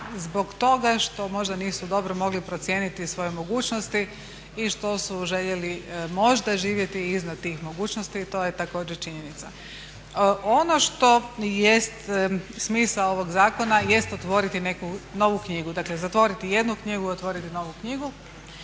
zbog toga što možda nisu dobro mogli procijeniti svoje mogućnosti i što su željeli možda živjeti iznad tih mogućnosti. To je također činjenica. Ono što jest smisao ovog zakona, jest otvoriti neku novu knjigu. Dakle, zatvoriti jednu knjigu, otvoriti novu knjigu.